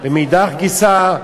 ומאידך גיסא,